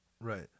Right